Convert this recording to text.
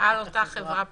על אותה חברה פרטית.